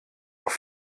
auf